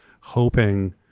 hoping